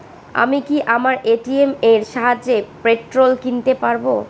আমি কি আমার এ.টি.এম এর সাহায্যে পেট্রোল কিনতে পারব?